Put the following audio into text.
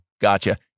Gotcha